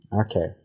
Okay